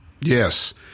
Yes